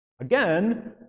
again